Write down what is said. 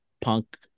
Punk